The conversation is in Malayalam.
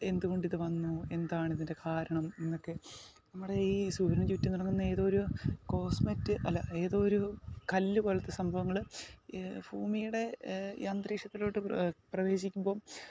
എന്തു കൊണ്ട് ഇത് വന്നു എന്താണ് ഇതിൻ്റെ കാരണം എന്നൊക്കെ നമ്മുടെ ഈ സൂര്യന് ചുറ്റും നടക്കുന്ന ഏതോ ഒരു കോസ്മെറ്റ് അല്ല ഏതോ ഒരു കല്ല് പോലത്ത സംഭവങ്ങൾ ഭൂമിയുടെ അന്തരീക്ഷത്തിലോട്ട് പ്രവേശിക്കുമ്പം